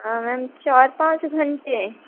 میم چار پانچ گھنٹے